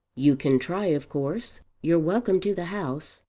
you can try of course. you're welcome to the house.